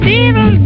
evil